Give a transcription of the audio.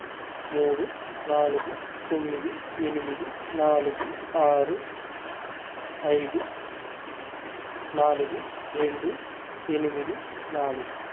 మూడు నాలుగు తొమ్మిది ఎనిమిది నాలుగు ఆరు ఐదు నాలుగు రెండు ఎనిమిది నాలుగు